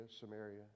Samaria